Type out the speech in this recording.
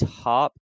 top